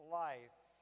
life